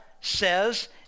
says